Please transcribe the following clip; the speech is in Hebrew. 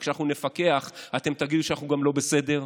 רק שכשאנחנו נפקח אתם תגידו שאנחנו גם לא בסדר,